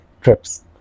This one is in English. trips